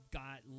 got